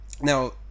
now